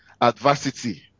adversity